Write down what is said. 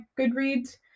Goodreads